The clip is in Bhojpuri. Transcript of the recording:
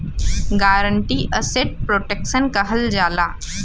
गारंटी असेट प्रोटेक्सन कहल जाला